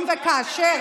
אם וכאשר.